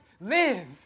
live